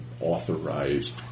authorized